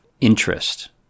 interest